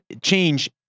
change